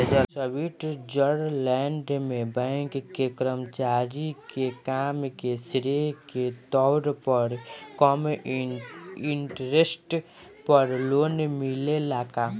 Switzerland में bank के कर्मचारी के काम के श्रेय के तौर पर कम इंटरेस्ट पर लोन मिलेला का?